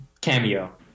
Cameo